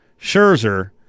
Scherzer